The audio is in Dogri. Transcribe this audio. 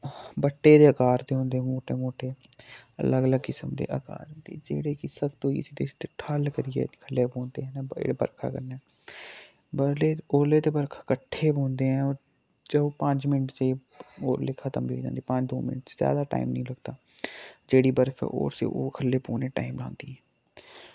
बट्टे दे अकार दे होंदे मोटे मोटे अलग अलग किस्म दे अकार दे जेह्ड़े कि सब तो ठल्ल करियै थल्लै पौंदे नै बरखा कन्नै बड़े ओले ते बरखा कट्ठे पौंदे ऐं और जो पंज मिन्ट च ओले खतम बी होई जंदे पंज दो मिन्ट च जैदा टाइम निं लगदा जेह्ड़ी बरफ ऐ ओह् से ओह् खल्ले पौने टाइम लांदी